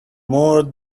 more